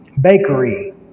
bakery